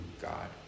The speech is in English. God